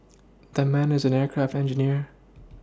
that man is an aircraft engineer